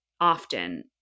often